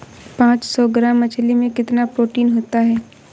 पांच सौ ग्राम मछली में कितना प्रोटीन होता है?